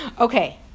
Okay